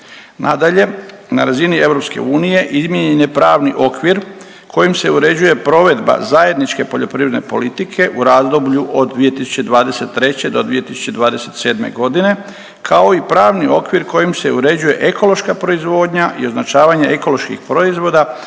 Nadalje, na razini EU izmijenjen je pravni okvir kojim se uređuje provedba zajedničke poljoprivredne politike u razdoblju od 2023. do 2027. godine kao i pravni okvir kojim se uređuje ekološka proizvodanja i označavanje ekoloških proizvoda,